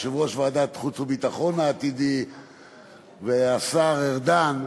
יושב-ראש ועדת החוץ והביטחון העתידי והשר ארדן,